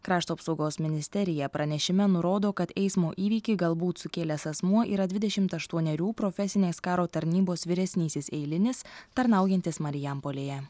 krašto apsaugos ministerija pranešime nurodo kad eismo įvykį galbūt sukėlęs asmuo yra dvidešimt aštuonerių profesinės karo tarnybos vyresnysis eilinis tarnaujantis marijampolėje